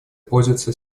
пользуется